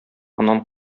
аннан